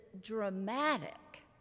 dramatic